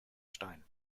stein